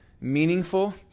meaningful